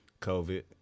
COVID